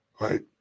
right